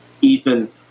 Ethan